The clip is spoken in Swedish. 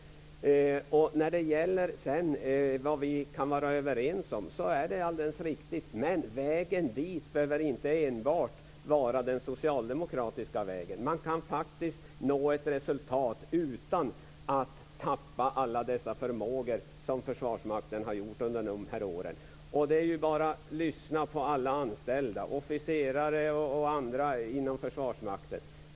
När det sedan gäller vad vi kan vara överens om är det alldeles riktigt. Men vägen dit behöver inte enbart vara den socialdemokratiska vägen. Man kan faktiskt nå ett resultat utan att tappa alla dessa förmågor som Försvarsmakten har gjort under de här åren. Det är bara att lyssna på alla anställda, på officerare och andra inom Försvarsmakten.